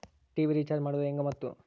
TV recharge ಮಾಡೋದು ಹೆಂಗ ಮತ್ತು?